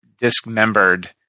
dismembered